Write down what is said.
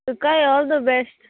तुकाय all the best